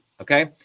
okay